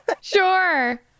Sure